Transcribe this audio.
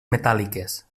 metàl·liques